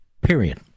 period